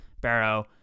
Barrow